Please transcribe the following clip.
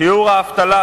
שיעור האבטלה,